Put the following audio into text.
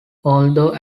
although